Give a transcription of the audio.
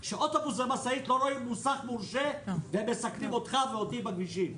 שאוטובוס ומשאית לא רואים מוסמך מורשה והם מסכנים אותך ואותי בכבישים,